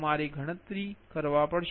તમારે ગણતરી કરવા પડશે